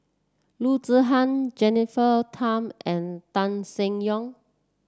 Loo Zihan Jennifer Tham and Tan Seng Yong